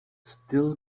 still